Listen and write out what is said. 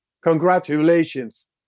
congratulations